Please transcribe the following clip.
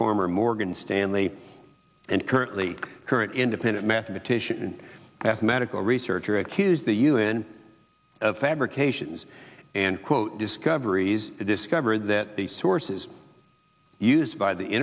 former morgan stanley and currently current independent mathematician medical researcher accused the u n fabrications and quote discoveries discovered that the sources used by the